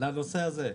לנושא הזה.